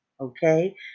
Okay